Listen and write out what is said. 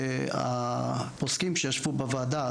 והעוסקים שישבו בוועדה,